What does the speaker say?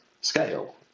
scale